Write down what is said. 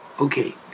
Okay